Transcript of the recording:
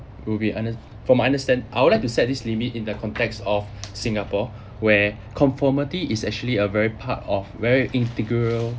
will be under~ for my understanding I would like to set this limit in the context of singapore where conformity is actually a very part of very integral